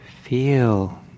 Feel